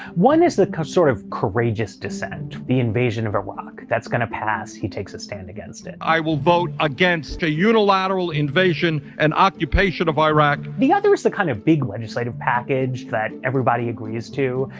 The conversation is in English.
one is the sort of courageous dissent. the invasion of iraq, that's going to pass. he takes a stand against it. i will vote against the unilateral invasion and occupation of iraq. the other is the kind of big legislative package that everybody agrees to.